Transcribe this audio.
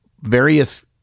various